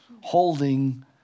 holding